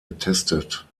getestet